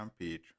page